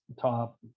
top